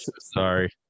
sorry